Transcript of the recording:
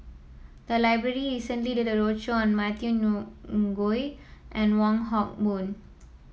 the library recently did a roadshow on Matthew Ngui and Wong Hock Boon